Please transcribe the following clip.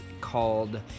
called